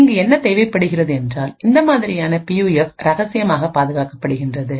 இங்கு என்ன தேவைப்படுகிறது என்றால்இந்த மாதிரியான பியூஎஃப்ரகசியமாக பாதுகாக்கப்படுகின்றது